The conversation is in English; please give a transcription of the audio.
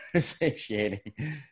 satiating